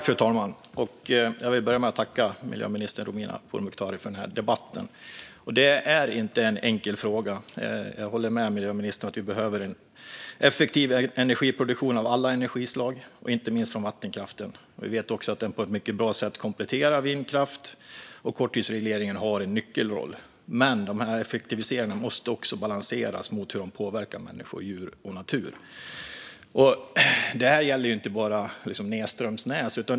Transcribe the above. Fru talman! Jag tackar miljöminister Romina Pourmokhtari för debatten. Det är ingen enkel fråga, och jag håller med miljöministern om att vi behöver en effektiv energiproduktion av alla energislag, inte minst vattenkraften. Vi vet också att vattenkraften på ett mycket bra sätt kompletterar vindkraften och att korttidsregleringen har en nyckelroll. Men effektiviseringarna måste också balanseras mot hur de påverkar människor, djur och natur. Detta gäller inte bara nedströms Näs.